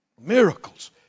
Miracles